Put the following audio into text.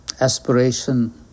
aspiration